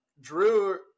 Drew –